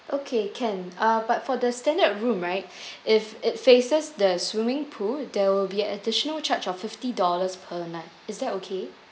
okay can uh but for the standard room right if it faces the swimming pool there will be additional charge of fifty dollars per night is that okay